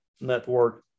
network